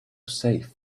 safe